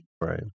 Right